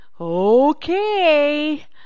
okay